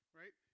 right